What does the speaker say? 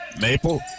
Maple